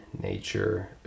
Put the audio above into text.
nature